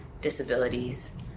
disabilities